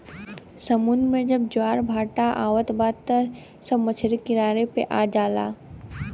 समुंदर में जब ज्वार भाटा आवत बा त सब मछरी किनारे पे आ जाला